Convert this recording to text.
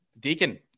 Deacon